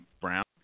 brown